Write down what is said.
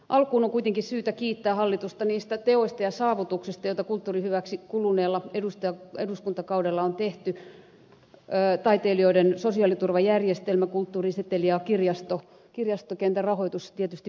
alkuun on kuitenkin syytä kiittää hallitusta niistä teoista ja saavutuksista joita kulttuurin hyväksi kuluneella eduskuntakaudella on tehty taiteilijoiden sosiaaliturvajärjestelmä kulttuuriseteli ja kirjastokentän rahoitus tietysti päällimmäisinä